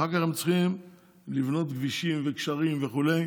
אחר כך הם צריכים לבנות כבישים וגשרים וכו',